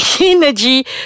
energy